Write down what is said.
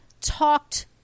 talked